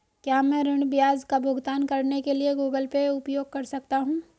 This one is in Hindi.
क्या मैं ऋण ब्याज का भुगतान करने के लिए गूगल पे उपयोग कर सकता हूं?